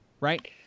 right